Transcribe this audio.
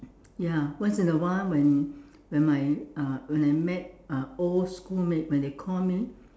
ya once in a while when when my uh when I met uh old schoolmate when they call me